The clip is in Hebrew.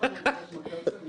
לא הכנו עבודת מטה על זה.